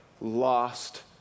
lost